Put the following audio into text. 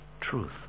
truth